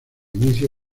inicio